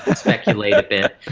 ah speculate a bit.